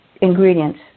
ingredients